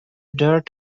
dirt